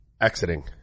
Exiting